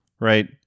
right